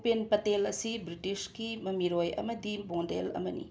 ꯎꯄꯦꯟ ꯄꯇꯦꯜ ꯑꯁꯤ ꯕ꯭ꯔꯤꯇꯤꯁꯀꯤ ꯃꯃꯤꯔꯣꯏ ꯑꯃꯗꯤ ꯕꯣꯟꯗꯦꯜ ꯑꯃꯅꯤ